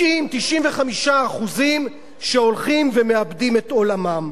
90% 95%, שהולכים ומאבדים את עולמם.